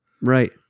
Right